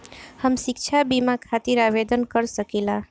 हम शिक्षा बीमा खातिर आवेदन कर सकिला?